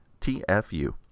TFU